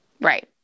Right